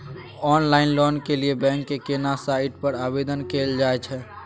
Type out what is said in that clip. Online loan के लिए bank के केना साइट पर आवेदन कैल जाए छै?